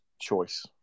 choice